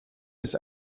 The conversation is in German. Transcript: ist